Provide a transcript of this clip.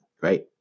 right